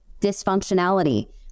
dysfunctionality